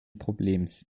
problems